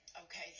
Okay